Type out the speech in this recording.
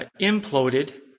imploded